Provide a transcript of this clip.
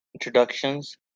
introductions